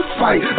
fight